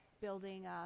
building